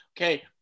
Okay